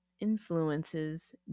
Influences